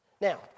Now